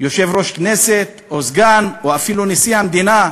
יושב-ראש הכנסת, או סגן, או אפילו נשיא המדינה.